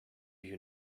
you